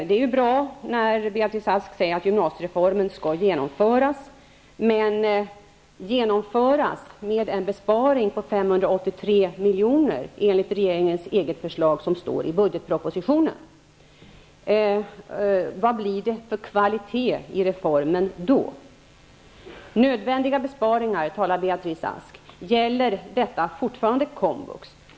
Det är bra att Beatrice Ask säger att gymnasiereformen skall genomföras. Den skall dock genomföras med en besparing på 583 miljoner enligt regeringens eget förslag i budgetpropositionen. Vad blir det då för kvalitet på reformen? Beatrice Ask talar om nödvändiga besparingar. Gäller detta fortfarande komvux?